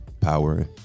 Power